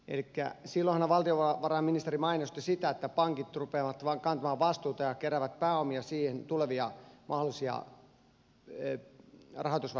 elikkä silloinhan valtiovarainministeri mainosti sitä että pankit rupeavat vain kantamaan vastuuta ja keräävät pääomia tulevia mahdollisia rahoitusvaikeuksia varten